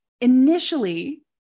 initially